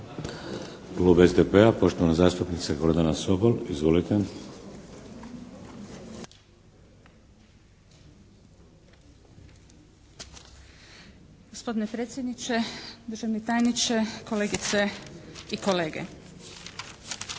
koja je uvijek